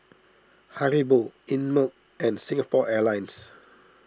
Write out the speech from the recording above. Haribo Einmilk and Singapore Airlines